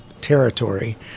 territory